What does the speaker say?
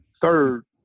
Third